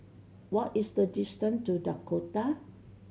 what is the distance to Dakota